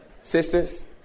Sisters